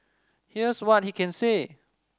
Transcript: here's what he can say